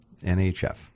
NHF